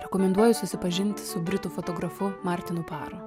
rekomenduoju susipažinti su britų fotografu martinu paro